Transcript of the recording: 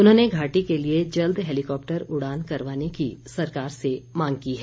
उन्होंने घाटी के लिए जल्द हेलिकॉप्टर उड़ान करवाने की सरकार से मांग की है